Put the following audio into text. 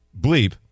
bleep